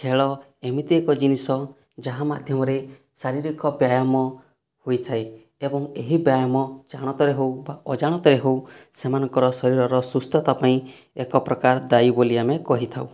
ଖେଳ ଏମିତି ଏକ ଜିନିଷ ଯାହା ମାଧ୍ୟମରେ ଶାରୀରିକ ବ୍ୟାୟାମ ହୋଇଥାଏ ଏବଂ ଏହି ବ୍ୟାୟାମ ଜାଣତରେ ହେଉ ବା ଅଜାଣତରେ ହେଉ ସେମାନଙ୍କର ଶରୀରର ସୁସ୍ଥତା ପାଇଁ ଏକ ପ୍ରକାର ଦାୟୀ ବୋଲି ଆମେ କହିଥାଉ